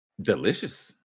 delicious